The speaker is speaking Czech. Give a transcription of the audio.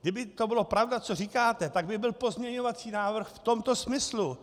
Kdyby to byla pravda, co říkáte, tak by byl pozměňovací návrh v tomto smyslu.